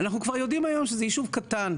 אנחנו כבר יודעים היום שזה יישוב קטן.